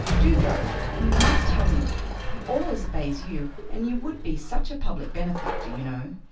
do go we must have him he always obeys you, and you would be such a public benefactor, you know.